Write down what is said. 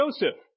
Joseph